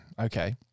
okay